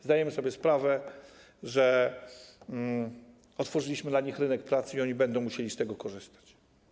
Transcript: Zdajemy sobie sprawę z tego, że otworzyliśmy dla nich rynek pracy i oni będą musieli z tego korzystać.